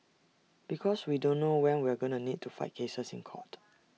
because we don't know when we're going to need to fight cases in court